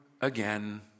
again